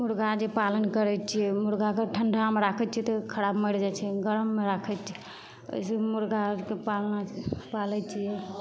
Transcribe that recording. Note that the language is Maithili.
मुरगा जे पालन करै छिए मुरगाके ठण्डामे राखै छिए तऽ खराब मरि जाइ छै गरममे राखै छिए देसी मुरगा आओरके पालना पालै छिए